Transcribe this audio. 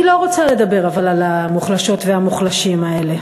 אבל אני לא רוצה לדבר על המוחלשות והמוחלשים האלה,